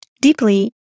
deeply